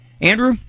Andrew